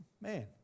man